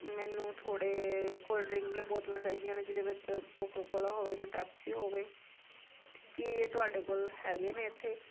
ਮੈਨੂੰ ਥੋੜ੍ਹੇ cold drink ਦੀਆਂ ਬੋਤਲਾਂ ਚਾਹੀਦੀਆਂ ਨੇ ਜਿਹਦੇ ਵਿੱਚ ਕੋਕੋ ਕੋਲਾ ਹੋਵੇ ਜਾਂ ਪੈਪਸੀ ਹੋਵੇ ਕੀ ਇਹ ਤੁਹਾਡੇ ਕੋਲ ਹੈਗੇ ਨੇ ਇੱਥੇ